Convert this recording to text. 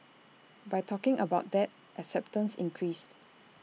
by talking about that acceptance increased